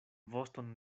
voston